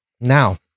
now